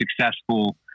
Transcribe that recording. successful